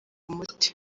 umuti